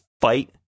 fight